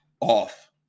off